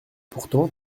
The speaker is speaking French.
pourtant